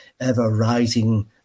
ever-rising